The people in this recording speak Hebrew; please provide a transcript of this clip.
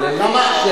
למה רק,